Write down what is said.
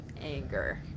anger